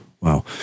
Wow